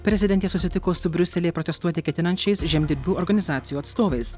prezidentė susitiko su briuselyje protestuoti ketinančiais žemdirbių organizacijų atstovais